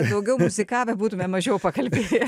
daugiau muzikavę būtume mažiau pakalbėję